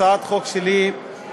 הצעת החוק שלי היא,